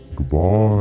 Goodbye